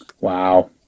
Wow